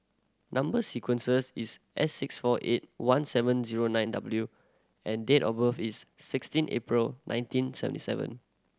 number sequences is S six four eight one seven zero nine W and date of birth is sixteen April nineteen seventy seven